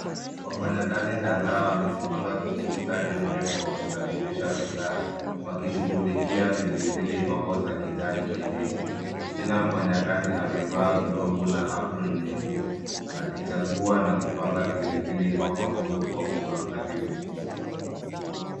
Wafanyakazi kadhaa wamejipanga kwenye mstari mrefu wa kusafirisha bidhaa, wakishughulikia pilipili hoho za kijani kibichi. Kila mfanyakazi amevaa glovu na apron nyeupe, akichagua na kupanga pilipili hoho hizo kwa uangalifu.